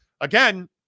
again